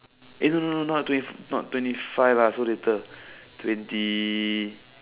no no no not twenty not twenty five so little twenty